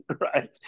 right